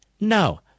No